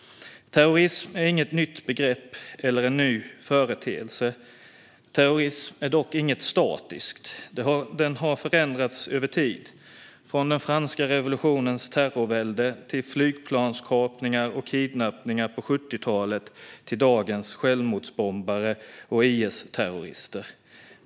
Terrorism är inget nytt begrepp eller en ny företeelse. Terrorism är dock inget statiskt. Den har förändrats över tid, från den franska revolutionens terrorvälde via flygplanskapningar och kidnappningar på 70-talet till dagens självmordsbombare och IS-terrorister.